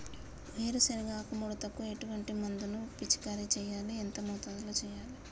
వేరుశెనగ ఆకు ముడతకు ఎటువంటి మందును పిచికారీ చెయ్యాలి? ఎంత మోతాదులో చెయ్యాలి?